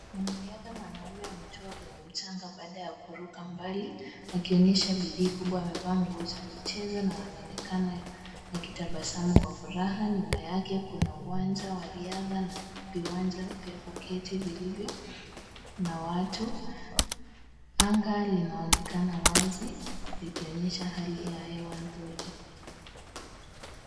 Wanariadha mwanaume wametua kwenye mchanga baada ya kuruka mbali, akionyesha bidii kubwa amevaa nguo za michezo na wanaonekana akitabasamu kwa furaha, nyuma yake kuna uwanja wa riadha na viwanja vya kuketi vilivyo na watu, anga linaonekana wazi. Likionyesha hali ya hewa nzuri.